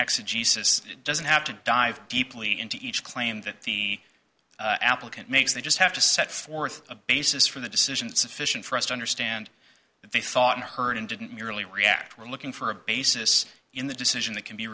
exit jesus doesn't have to dive deeply into each claim that the applicant makes they just have to set forth a basis for the decision sufficient for us to understand what they thought and heard and didn't merely react we're looking for a basis in the decision that can be